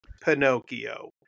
Pinocchio